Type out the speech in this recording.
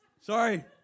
Sorry